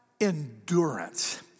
endurance